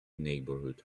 neighborhood